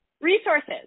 resources